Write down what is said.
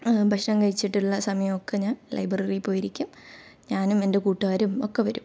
ഭക്ഷണം കഴിച്ചിട്ടുള്ള സമയമൊക്കെ ഞാൻ ലൈബ്രറിൽ പോയിരിക്കും ഞാനും എൻ്റെ കൂട്ടുകാരും ഒക്കെ വരും